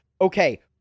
okay